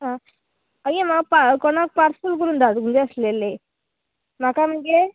आं आगे म्हाका कोणाक पार्सल करून धाडून जाय आसलेले म्हाका मगे